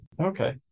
Okay